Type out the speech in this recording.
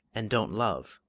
and don't love.